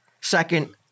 Second